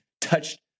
touched